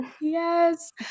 Yes